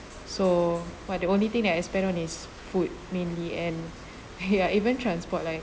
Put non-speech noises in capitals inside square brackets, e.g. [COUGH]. so but the only thing that I spend on is food mainly and ya [LAUGHS] even transport like